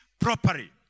properly